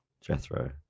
Jethro